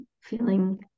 feeling